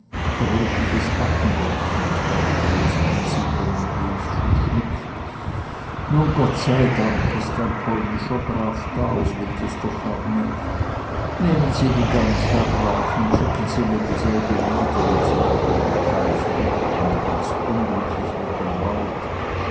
rötliches backenbärtchen trägt und aus einem silbernen döschen schnupft nun gott sei dank ist ein polnischer graf da aus wildester ferne nehmen sie die gans herr graf und schicken sie mir dieselbe wieder wenn sie in ihrer polackei friert und einst unglücklich wird und heult